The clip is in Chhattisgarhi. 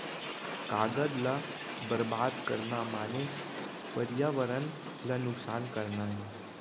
कागद ल बरबाद करना माने परयावरन ल नुकसान करना हे